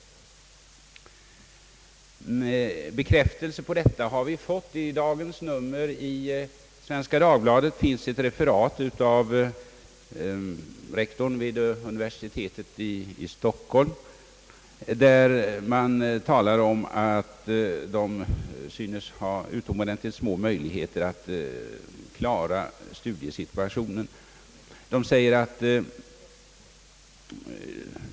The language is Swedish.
Bekräftelse på detta har vi fått bl.a. i dagens nummer av Svenska Dagbladet. Där finns ett referat av en skrivelse från rektorsämbetet vid universitetet i Stockholm. Man talar där om att man synes ha utomordentligt små möjligheter att klara studiesituationen.